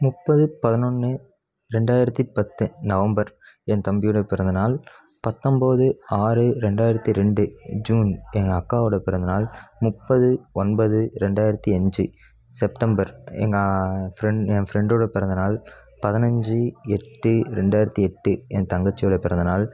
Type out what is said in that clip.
முப்பது பதினொன்று ரெண்டாயிரத்து பத்து நவம்பர் என் தம்பியோட பிறந்தநாள் பத்தொம்பது ஆறு ரெண்டாயிரத்து ரெண்டு ஜூன் எங்கள் அக்காவோட பிறந்தநாள் முப்பது ஒன்பது ரெண்டாயிரத்து அஞ்சு செப்டெம்பர் எங்கள் ஃபிரண் என் ஃபிரண்டோட பிறந்தநாள் பதினஞ்சு எட்டு ரெண்டாயிரத்து எட்டு என் தங்கச்சியோட பிறந்தநாள்